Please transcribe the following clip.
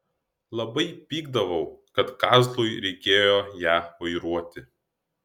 labai pykdavau kad kazlui reikėjo ją vairuoti